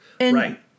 Right